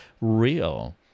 real